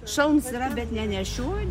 šalms bet nenešioju